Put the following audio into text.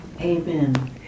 Amen